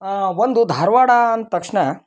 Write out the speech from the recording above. ಆ ಒಂದು ಧಾರ್ವಾಡ ಅಂದ ತಕ್ಷಣ